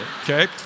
okay